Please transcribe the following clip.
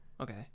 Okay